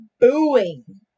booing